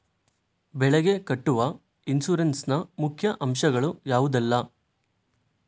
ಬೆಳೆಗೆ ಕಟ್ಟುವ ಇನ್ಸೂರೆನ್ಸ್ ನ ಮುಖ್ಯ ಅಂಶ ಗಳು ಯಾವುದೆಲ್ಲ?